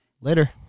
Later